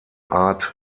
art